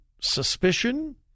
suspicion